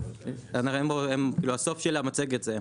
זה הסוף של המצגת.